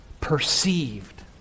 perceived